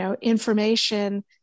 information